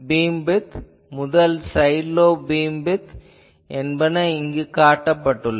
beamwidth முதல் side lobe beamwidth என்பன இங்கு உள்ளன